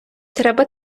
треба